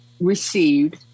received